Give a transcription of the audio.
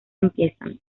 empiezan